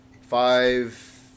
Five